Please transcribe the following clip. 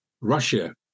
Russia